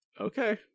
Okay